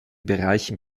bereichen